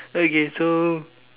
okay so